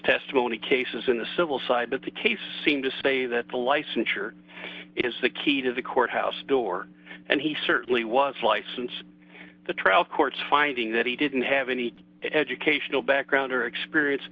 testimony cases in the civil side of the case seem to say that the licensure is the key to the courthouse door and he certainly was licensed the trial court's finding that he didn't have any educational background or experience